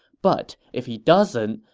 but if he doesn't,